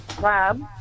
lab